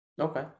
okay